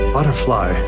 Butterfly